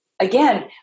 Again